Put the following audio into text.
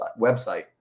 website